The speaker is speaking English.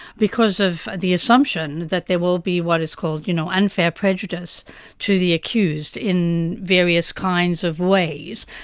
because of the assumption that there will be what is called you know unfair prejudice to the accused in various kinds of ways.